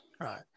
Right